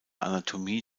anatomie